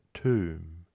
tomb